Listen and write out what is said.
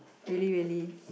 really really